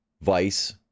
vice